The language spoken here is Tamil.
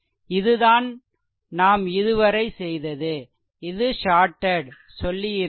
இதுதான் நாம் இதுவரை செய்தது இது ஷார்டெட் சொல்லியிருந்தேன்